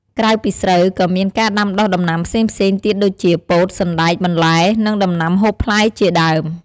ក្រៅពីស្រូវ ក៏មានការដាំដុះដំណាំផ្សេងៗទៀតដូចជា ពោត សណ្ដែក បន្លែ និងដំណាំហូបផ្លែជាដើម។